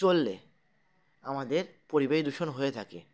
চললে আমাদের পরিবেশ দূষণ হয়ে থাকে